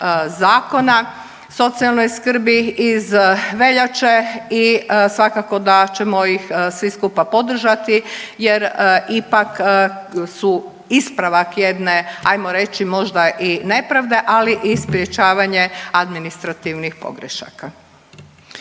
Zakona o socijalnoj skrbi iz veljače i svakako da ćemo ih svi skupa podržati jer ipak su ispravak jedne ajmo reći možda i nepravde, ali i sprječavanje administrativnih pogrešaka.